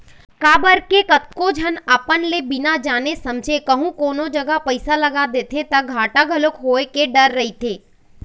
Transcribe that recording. काबर के कतको झन अपन ले बिना जाने समझे कहूँ कोनो जघा पइसा लगा देथे ता घाटा घलोक होय के डर रहिथे